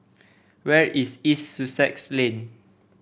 where is East Sussex Lane